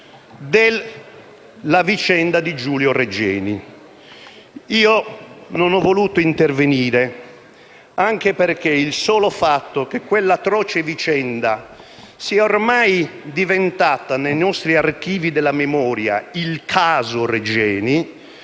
della vicenda di Giulio Regeni. Non ho voluto intervenire, anche perché il solo fatto che quell'atroce vicenda sia ormai diventata, nei nostri archivi della memoria, il caso Regeni